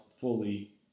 fully